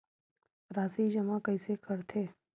राशि जमा कइसे करथे?